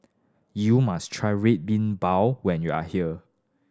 you must try Red Bean Bao when you are here